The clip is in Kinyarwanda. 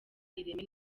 ireme